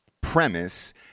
premise